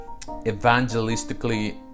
evangelistically